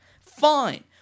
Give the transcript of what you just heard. Fine